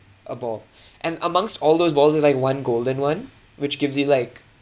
a ball and amongst all those balls there's like one golden one which gives you like